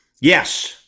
Yes